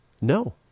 No